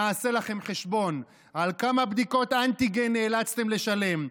נעשה לכם חשבון על כמה בדיקות אנטיגן נאלצתם לשלם,